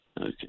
Okay